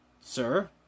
Sir